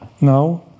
now